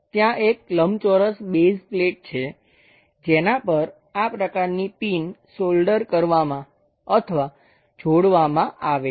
ત્યાં એક લંબચોરસ બેઝ પ્લેટ છે જેના પર આ પ્રકારની પિન સોલ્ડર કરવામાં અથવા જોડવામાં આવે છે